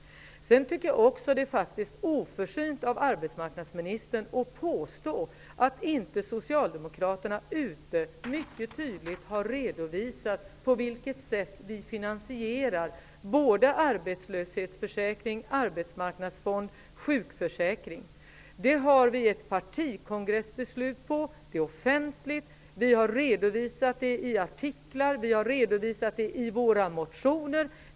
Jag tycker faktiskt också att det är oförsynt av arbetsmarknadsministern att påstå att Socialdemokraterna inte mycket tydligt har redovisat på vilket sätt vi finansierar förslagen när det gäller arbetslöshetsförsäkringen, Arbetsmarknadsfonden och sjukförsäkringen. Det har vi ett partikongressbeslut om. Det är offentligt. Vi har redovisat det i artiklar och i motioner.